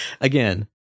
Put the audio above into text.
Again